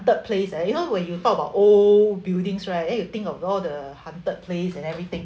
place leh you know when you talk about old buildings right then you think of all the haunted place and everything